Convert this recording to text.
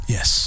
Yes